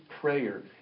prayer